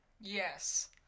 Yes